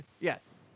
Yes